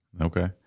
Okay